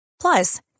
Plus